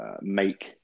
make